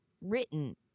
written